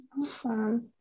Awesome